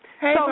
Hey